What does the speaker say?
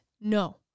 no